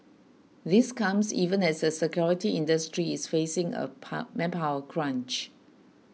this comes even as the security industry is facing a power manpower crunch